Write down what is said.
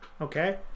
Okay